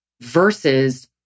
versus